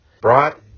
brought